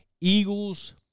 Eagles